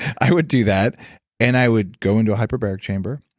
i would do that and i would go into a hyperbaric chamber,